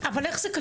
איך זה קשור?